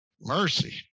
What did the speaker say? Mercy